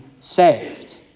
saved